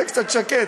שהיה קצת שקט.